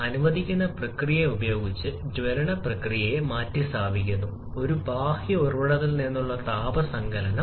അനുവദിക്കുന്ന പ്രക്രിയ ഉപയോഗിച്ച് ജ്വലന പ്രക്രിയ മാറ്റിസ്ഥാപിക്കുന്നു ഒരു ബാഹ്യ ഉറവിടത്തിൽ നിന്നുള്ള താപ സങ്കലനം